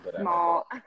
small